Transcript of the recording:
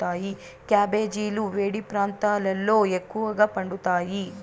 క్యాబెజీలు వేడి ప్రాంతాలలో ఎక్కువగా పండుతాయి